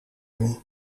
doen